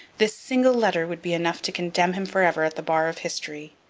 this single letter would be enough to condemn him for ever at the bar of history.